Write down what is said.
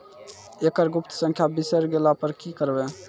एकरऽ गुप्त संख्या बिसैर गेला पर की करवै?